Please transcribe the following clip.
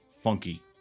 Funky